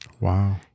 Wow